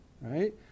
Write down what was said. right